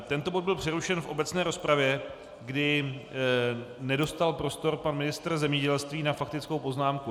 Tento bod byl přerušen v obecné rozpravě, kdy nedostal prostor pan ministr zemědělství na faktickou poznámku.